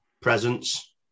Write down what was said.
presence